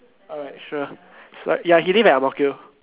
alright sure so ya he live at Ang-Mo-Kio